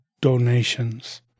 donations